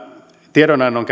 tiedonannon